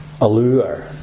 allure